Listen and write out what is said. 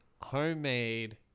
homemade